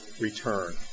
return